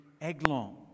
Eglon